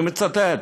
אני מצטט,